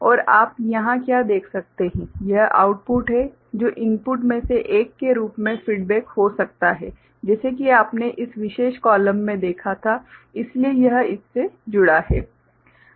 और आप यहाँ क्या देख सकते हैं यह आउटपुट है जो इनपुट में से एक के रूप में फीडबैक हो सकता है जैसे कि आपने इस विशेष कॉलम में देखा था इसलिए यह इस से जुड़ा है